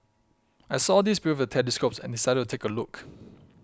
I saw these people with the telescopes and decided to take a look